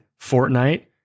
Fortnite